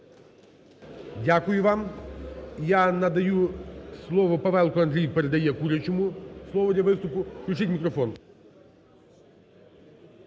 Дякую вам. Я надаю слово… Павелко Андрій передає Курячому слово для виступу. Включіть мікрофон.